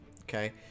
Okay